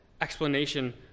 explanation